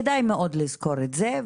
כדאי מאוד לזכור את זה.